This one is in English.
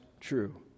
true